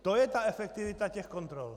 To je ta efektivita kontrol.